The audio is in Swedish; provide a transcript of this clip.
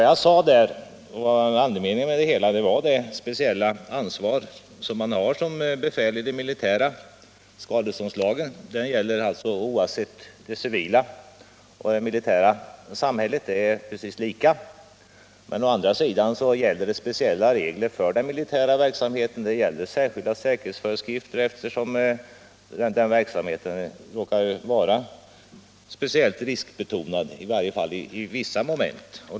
Jag hänvisade i mitt uttalande till det speciella ansvar som befäl i det militära har. Andemeningen var att skadeståndslagen gäller lika oavsett om sammanhanget är civilt eller militärt, men å andra sidan gäller också speciella regler för den militära verksamheten. Det finns där särskilda säkerhetsföreskrifter, eftersom den verksamheten råkar vara speciellt riskbetonad, i varje fall i vissa moment.